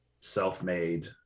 self-made